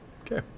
okay